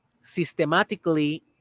systematically